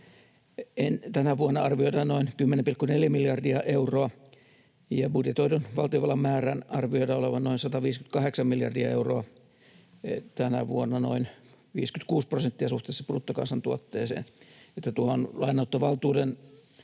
tänä vuonna arvioidaan noin 10,4 miljardia euroa, ja budjetoidun valtionvelan määrän arvioidaan olevan noin 158 miljardia euroa tänä vuonna, noin 56 prosenttia suhteessa bruttokansantuotteeseen. Niin että tuohon lainanottovaltuuden